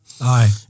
Aye